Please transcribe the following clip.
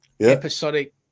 Episodic